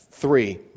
Three